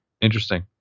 Interesting